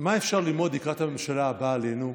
מה אפשר ללמוד לקראת הממשלה הבאה עלינו,